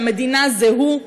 שהמדינה זה הוא,